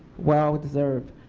well, deserved.